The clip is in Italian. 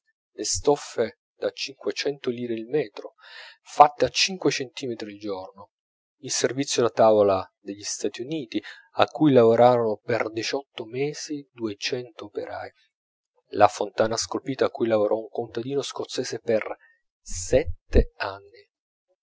le stoffe da cinquecento lire il metro fatte a cinque centimetri il giorno il servizio da tavola degli stati uniti a cui lavorarono per diciotto mesi duecento operai la fontana scolpita a cui lavorò un contadino scozzese per sette anni